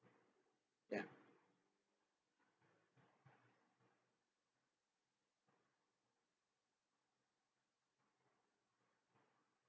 ya